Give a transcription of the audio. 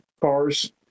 cars